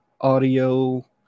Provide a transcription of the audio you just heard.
Audio